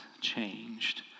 changed